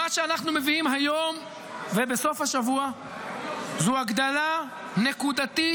מה שאנחנו מביאים היום ובסוף השבוע הוא הגדלה נקודתית,